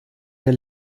der